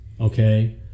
Okay